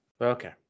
Okay